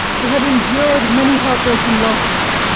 who had endured many heartbreaking losses,